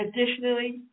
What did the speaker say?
Additionally